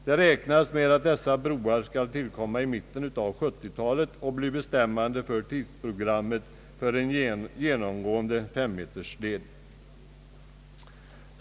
Man beräknar att dessa broar skall tillkomma i mitten av 1970-talet och bli bestämmande för tidsprogrammet för en genomgående femmetersled.